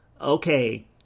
okay –